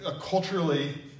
culturally